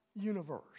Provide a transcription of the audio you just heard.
universe